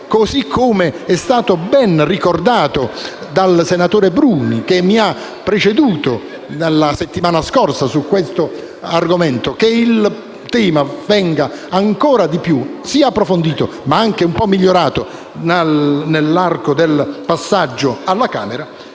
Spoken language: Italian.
così come è stato ben ricordato dal senatore Bruni, che mi ha preceduto la settimana scorsa su questo argomento - che il tema venga ancor di più approfondito e migliorato nel passaggio alla Camera,